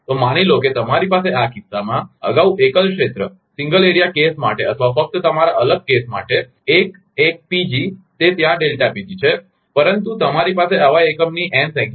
તો માની લો કે તમારી પાસે આ કિસ્સામાં અગાઉ એકલ ક્ષેત્ર કેસ માટે અથવા ફક્ત તમારા અલગ કેસ માટે એક એક તે ત્યાં છે પરંતુ તમારી પાસે આવા એકમની n સંખ્યા છે